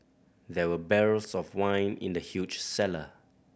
there were barrels of wine in the huge cellar